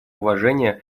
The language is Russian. уважения